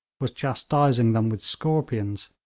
was chastising them with scorpions.